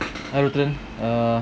hi ruten err how are you